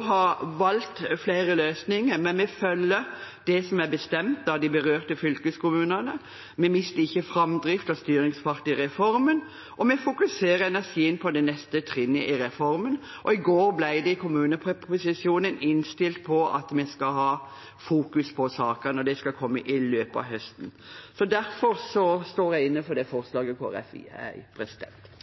ha valgt flere løsninger, men vi følger det som er bestemt av de berørte fylkeskommunene. Vi mister ikke framdrift av styringsfart i reformen, og vi fokuserer energien på det neste trinnet i reformen. I går ble det i kommuneproposisjonen innstilt på at vi skal fokusere på saken når den kommer i løpet av høsten. Derfor står jeg inne for det forslaget Kristelig Folkeparti er